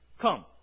Come